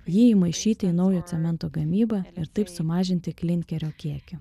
jį įmaišyti į naujo cemento gamybą ir taip sumažinti klinkerio kiekį